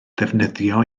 ddefnyddio